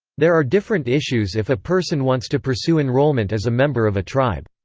there are different issues if a person wants to pursue enrollment as a member of a tribe.